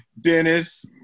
Dennis